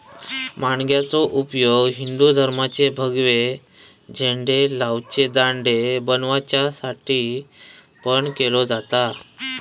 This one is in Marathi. माणग्याचो उपयोग हिंदू धर्माचे भगवे झेंडे लावचे दांडे बनवच्यासाठी पण केलो जाता